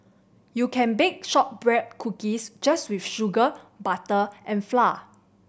you can bake shortbread cookies just with sugar butter and flour